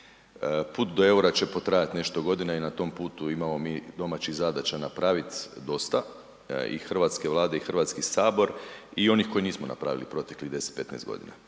Put do eura će potrajati nešto godina i na tom putu imamo mi domaćih zadaća napraviti dosta i hrvatske vlade i HS i onih koje nismo napravili proteklih 10, 15 godina.